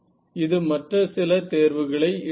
இது மற்ற சில தேர்வுகளை எடுக்கும்